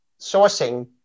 sourcing